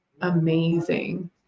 amazing